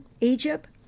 Egypt